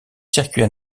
circuits